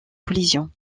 collision